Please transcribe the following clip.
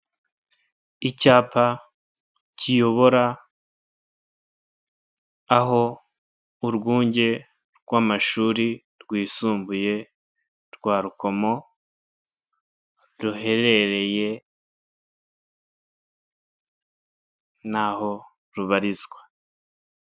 Icyapa kiyobora aho urwunge rw'amashuri rwisumbuye rwa rukomo ruherereye n'aho rubarizwa.